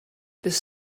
this